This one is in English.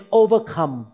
overcome